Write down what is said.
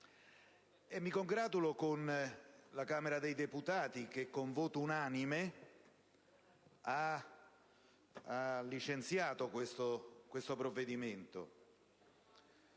Mi congratulo con la Camera dei deputati che con voto unanime ha licenziato il provvedimento.